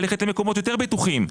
ללכת למקומות יותר בטוחים.